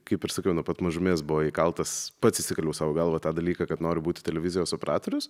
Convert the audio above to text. kaip ir sakiau nuo pat mažumės buvo įkaltas pats įsikaliau sau į galvą tą dalyką kad noriu būti televizijos operatorius